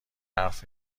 حرف